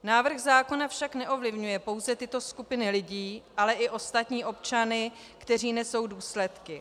Návrh zákona však neovlivňuje pouze tyto skupiny lidí, ale i ostatní občany, kteří nesou důsledky.